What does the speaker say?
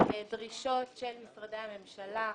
לדרישות של משרדי הממשלה,